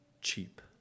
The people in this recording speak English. cheap